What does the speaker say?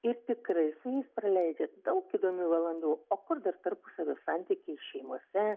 ir tikrai su jais praleidžiat daug įdomių valandų o kur dar tarpusavio santykiai šeimose